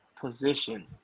position